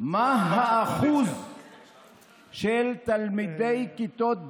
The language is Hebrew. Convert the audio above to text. ומה האחוז של תלמידי כיתות ד'